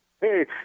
Hey